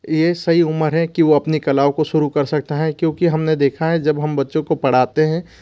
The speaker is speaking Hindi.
यह सही उम्र है कि वह अपनी कलाओं को शुरू कर सकता हैं क्योंकि हमने देखा है जब हम बच्चों को पढ़ाते हैं